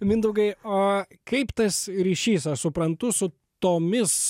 mindaugai o kaip tas ryšys aš suprantu su tomis